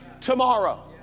tomorrow